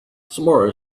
tomorrow